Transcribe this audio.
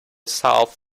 south